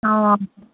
অঁ